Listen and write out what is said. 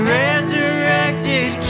resurrected